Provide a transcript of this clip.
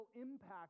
impact